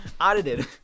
Audited